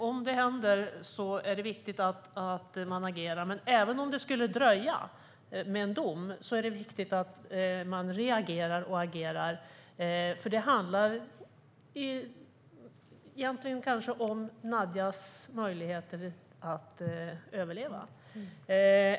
Om det händer är det viktigt att man agerar, men även om en dom skulle dröja är det viktigt att man reagerar och agerar, för det handlar kanske egentligen om Nadijas möjligheter att överleva.